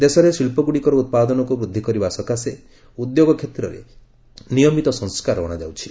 ଦେଶରେ ଶିଳ୍ପଗୁଡିକର ଉତ୍ପାଦନକୁ ବୃଦ୍ଧି କରିବା ସକାଶେ ଉଦ୍ୟୋଗ କ୍ଷେତ୍ରରେ ନିୟମିତ ସଂସ୍କାର ଅଣାଯାଉଛି